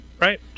Right